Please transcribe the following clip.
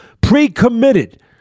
pre-committed